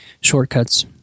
shortcuts